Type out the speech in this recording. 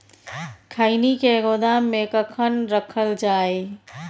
खैनी के गोदाम में कखन रखल जाय?